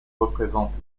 représente